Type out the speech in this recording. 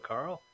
Carl